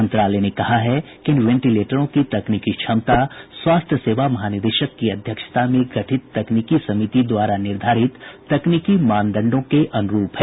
मंत्रालय ने कहा है कि इन वेंटीलेटरों की तकनीकी क्षमता स्वास्थ्य सेवा महानिदेशक की अध्यक्षता में गठित तकनीकी समिति द्वारा निर्धारित तकनीकी मानदंडों के अनुरूप है